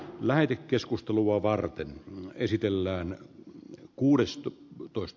lähempi keskustelua varten esitellään kuudesta toiset